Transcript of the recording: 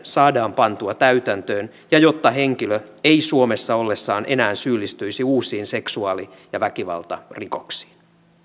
saadaan pantua täytäntöön ja jotta henkilö ei suomessa ollessaan enää syyllistyisi uusiin seksuaali ja väkivaltarikoksiin